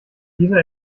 dieser